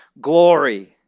glory